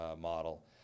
model